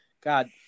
God